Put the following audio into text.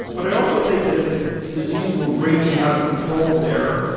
but i also think that if the disease were raging out of control there,